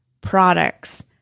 products